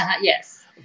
Yes